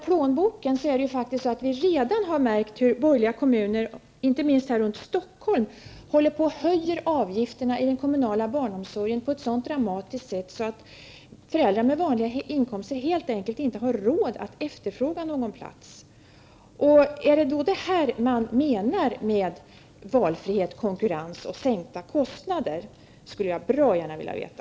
Vi har redan märkt hur borgerliga kommuner, inte minst här runt Stockholm, håller på att höja avgifterna i den kommunala barnomsorgen på ett så dramatiskt sätt att föräldrar med vanliga inkomster helt enkelt inte har råd att efterfråga någon plats. Är detta vad man avser med valfrihet, konkurrens och sänkta kostnader? Det skulle jag bra gärna vilja veta.